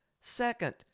Second